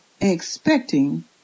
expecting